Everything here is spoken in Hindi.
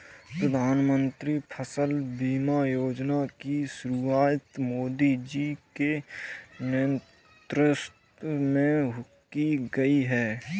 प्रधानमंत्री फसल बीमा योजना की शुरुआत मोदी जी के नेतृत्व में की गई है